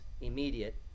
immediate